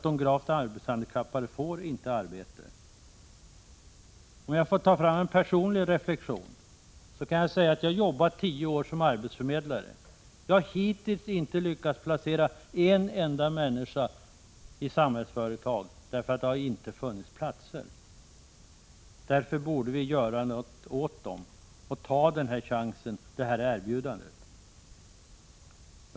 De gravt arbetshandikappade får ju inget arbete. Jag vill göra en personlig reflexion. Sedan tio år tillbaka arbetar jag nämligen som arbetsförmedlare. Men jag har hittills inte lyckats placera en enda människa i Samhällsföretag därför att det inte har funnits några platser. Därför borde vi nu göra någonting. Vi borde således anta erbjudandet från Samhällsföretag.